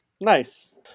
nice